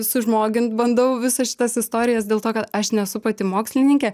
sužmogint bandau visas šitas istorijas dėl to kad aš nesu pati mokslininkė